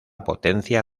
potencia